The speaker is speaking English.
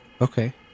Okay